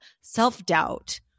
self-doubt